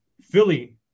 Philly